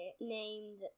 named